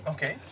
Okay